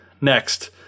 Next